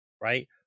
Right